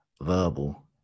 verbal